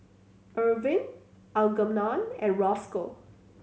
Irvin Algernon and Rosco